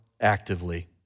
actively